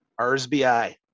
RSBI